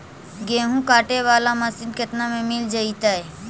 गेहूं काटे बाला मशीन केतना में मिल जइतै?